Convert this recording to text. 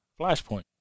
Flashpoint